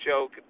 joke